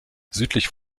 südlich